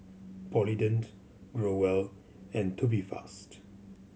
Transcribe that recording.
Polident Growell and Tubifast